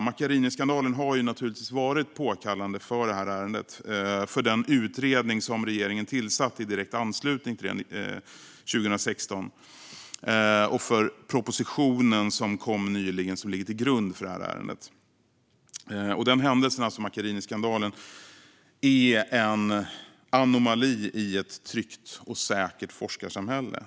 Macchiariniskandalen har naturligtvis varit pådrivande för det här ärendet, för den utredning som regeringen tillsatte i direkt anslutning 2016 och för propositionen som kom nyligen och som ligger till grund för det här ärendet. Den händelsen, Macchiariniskandalen, är en anomali i ett tryggt och säkert forskarsamhälle.